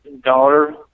daughter